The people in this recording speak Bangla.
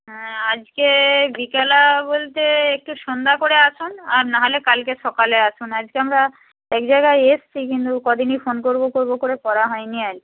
হ্যাঁ আজকে বিকেলে বলতে একটু সন্ধ্যা করে আসুন আর না হলে কালকে সকালে আসুন আজকে আমরা এক জায়গায় এসেছি কিন্তু কদিনই ফোন করব করব করে করা হয়নি আর কি